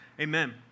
Amen